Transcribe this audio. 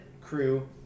crew